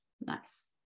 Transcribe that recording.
Nice